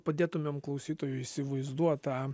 padėtumėm klausytojui įsivaizduot tą